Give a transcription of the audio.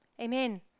Amen